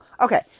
okay